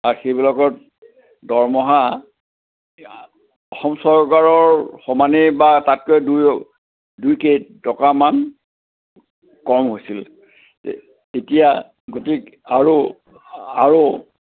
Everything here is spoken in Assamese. আৰু সেইবিলাকত দৰমহা অসম চৰকাৰৰ সমানেই বা তাতকৈ দুই দুই কেইটকামান কম হৈছিল এতিয়া গতিকে আৰু আৰু